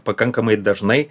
pakankamai dažnai